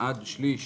עד שליש